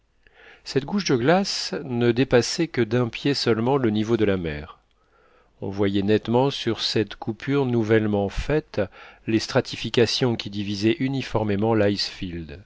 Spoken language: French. cette couche de glace ne dépassait que d'un pied seulement le niveau de la mer on voyait nettement sur cette coupure nouvellement faite les stratifications qui divisaient uniformément l'icefield